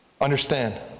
understand